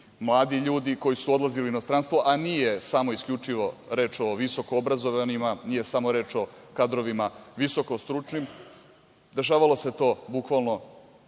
mladi ljudi koji su odlazili u inostranstvo, a nije samo isključivo reč o visoko obrazovanima, nije samo reč o kadrovima visoko stručnim, dešavalo se to bukvalno